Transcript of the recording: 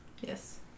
Yes